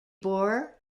bore